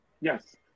Yes